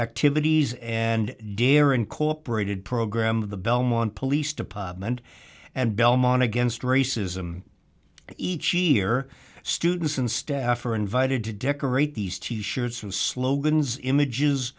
activities and deer incorporated program of the belmont police department and belmont against racism each year students and staff are invited to decorate these t shirts with slogans images